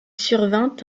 survint